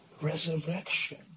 resurrection